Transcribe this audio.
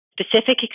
specific